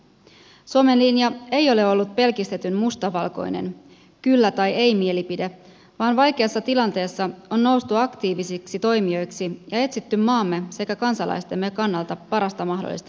suomen linja ei ole ollut pelkistetyn mustavalkoinen kyllä tai ei mielipide vaan vaikeassa tilanteessa on noustu aktiivisiksi toimijoiksi ja etsitty maamme sekä kansalaistemme kannalta parasta mahdollista ratkaisua